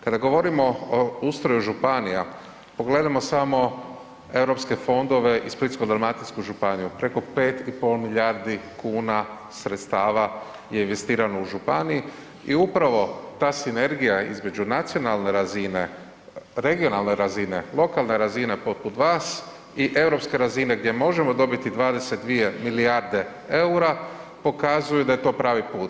Kada govorimo o ustroju županija, pogledajmo samo europske fondove i Splitsko-dalmatinsku županiju, preko 5,5 milijardi kuna sredstava je investirano u županiji i upravo ta sinergija između nacionalne razine, regionalne razine, lokalne razine poput vas i europske razine gdje možemo dobiti 22 milijarde EUR-a, pokazuju da je to pravi put.